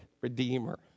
Redeemer